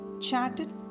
chatted